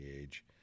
age